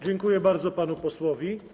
Dziękuję bardzo panu posłowi.